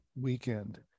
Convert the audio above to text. weekend